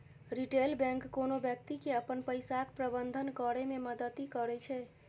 retail bank कोनो व्यक्ति के अपन पैसाक प्रबंधन करै मे मदति करै छै